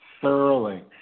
thoroughly